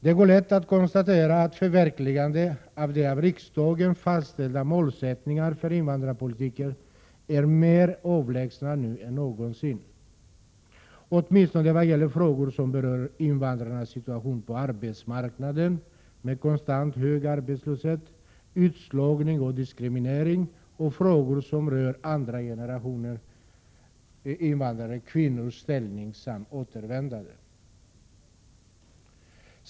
Det går lätt att konstatera att förverkligandet av de av riksdagen fastställda målsättningarna för invandrarpolitiken nu är mer avlägset än någonsin — åtminstone vad gäller frågor som berör invandrarnas situation på arbetsmarknaden, dvs. konstant hög arbetslöshet, utslagning och diskriminering, och frågor som rör andra generationen invandrare, kvinnors ställning samt återvändande.